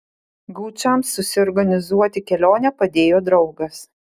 gaučams susiorganizuoti kelionę padėjo draugas